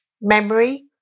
memory